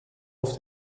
auf